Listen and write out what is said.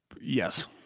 Yes